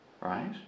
right